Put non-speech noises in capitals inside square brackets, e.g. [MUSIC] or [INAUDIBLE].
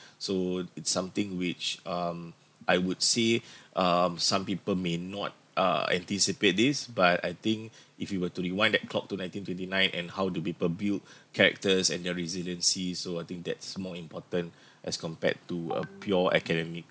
so it's something which um I would say [BREATH] um some people may not uh anticipate this but I think [BREATH] if you were to rewind the clock to nineteen twenty nine and how do people build [BREATH] characters and their resiliency so I think that's more important as compared to a pure academic